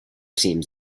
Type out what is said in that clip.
seems